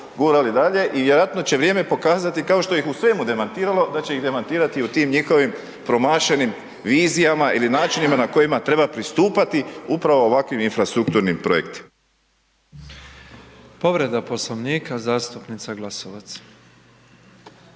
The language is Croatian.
i vjerojatno će vrijeme pokazati, kao što ih u svemu demantiralo da će ih demantirati u tim njihovim promašenim vizijama ili načinima na kojima treba pristupati upravo ovakvim infrastrukturnim projektima. **Petrov, Božo (MOST)** Povreda Poslovnika zastupnica Glasovac.